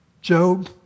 Job